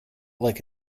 like